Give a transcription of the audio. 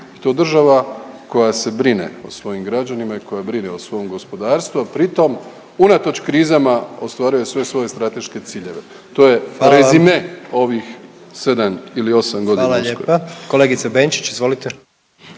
i to država koja se brine o svojim građanima i koja brine o svom gospodarstvu, a pritom unatoč krizama ostvaruje sve svoje strateške ciljeve. To je rezime … …/Upadica predsjednik: Hvala vam./… … ovih 7 ili